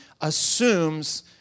assumes